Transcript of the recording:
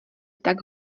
tak